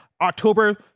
October